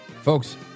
Folks